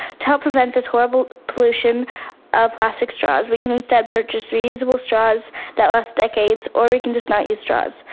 to help prevent this horrible pollution of plastic straws we can instead purchase reusable straws that last decades or we can just not use straws.